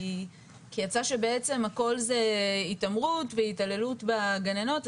כי יצא בעצם הכל זה התעמרות והתעללות בגננות.